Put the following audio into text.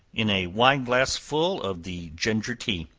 in a wine-glassful of the ginger tea,